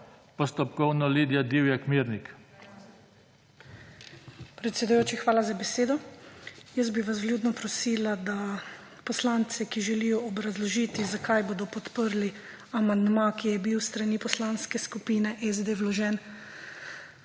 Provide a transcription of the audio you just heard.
Postopkovno Lidija Divjak Mirnik.